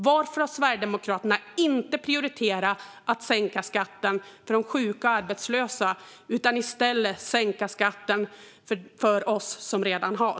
Varför har Sverigedemokraterna inte prioriterat att sänka skatten för de sjuka och arbetslösa utan i stället prioriterat att sänka skatten för oss som redan har?